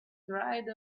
dried